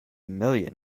million